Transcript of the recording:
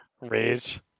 Rage